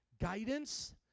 guidance